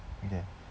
okay